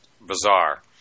bizarre